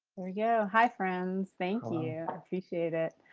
yeah hi friends. thank you. yeah appreciate it.